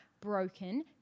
broken